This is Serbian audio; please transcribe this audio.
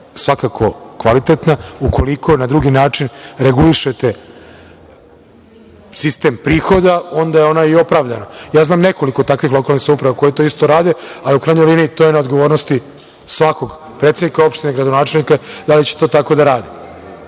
svakako kvalitetna. Ukoliko na drugi način regulišete sistem prihoda, onda je ona i opravdana. Znam nekoliko takvih lokalnih samouprava koje to isto rade, ali u krajnjoj liniji to je na odgovornosti svakog predsednika opštine, gradonačelnika da li će to tako da radi. Još